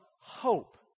hope